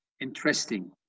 interesting